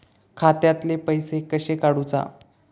खात्यातले पैसे कशे काडूचा?